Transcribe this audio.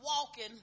walking